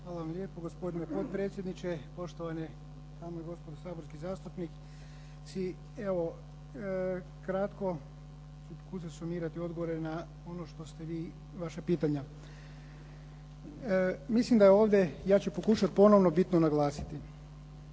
Hvala lijepo. Gospodine potpredsjedniče, poštovane dame i gospodo saborski zastupnici. Kratko ću pokušati sumirati odgovore na ono što ste vi vaša pitanja. Mislim da je ovdje ja ću pokušati bitno naglasiti.